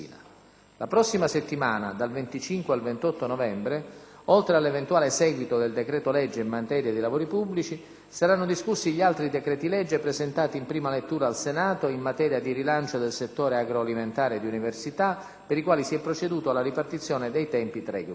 La prossima settimana, dal 25 al 28 novembre, oltre all'eventuale seguito del decreto-legge in materia di lavori pubblici, saranno discussi gli altri decreti-legge presentati in prima lettura al Senato in materia di rilancio del settore agroalimentare e di università, per i quali si è proceduto alla ripartizione dei tempi tra i Gruppi.